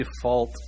default